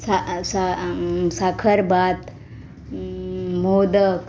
सा सा साखरभात मोदक